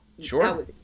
sure